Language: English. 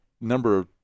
number